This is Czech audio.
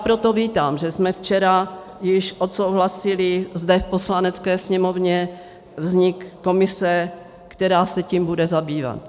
Proto vítám, že jsme včera již odsouhlasili zde v Poslanecké sněmovně vznik komise, která se tím bude zabývat.